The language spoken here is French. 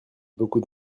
beaucoup